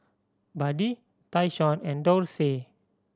Buddy Tyshawn and Dorsey